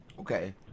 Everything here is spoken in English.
Okay